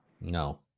No